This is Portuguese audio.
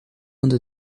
anda